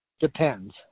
Depends